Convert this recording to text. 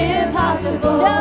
impossible